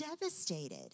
devastated